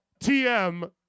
TM